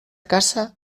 casa